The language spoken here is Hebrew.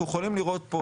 אנחנו יכולים לראות פה